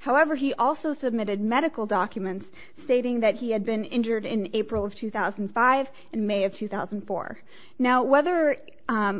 hell ever he also submitted medical documents stating that he had been injured in april of two thousand and five in may of two thousand and four now whether